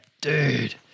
dude